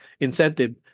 incentive